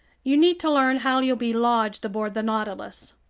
you need to learn how you'll be lodged aboard the nautilus.